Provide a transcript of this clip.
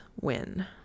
win